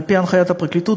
על-פי הנחיית הפרקליטות,